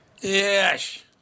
Yes